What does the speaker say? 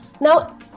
Now